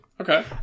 Okay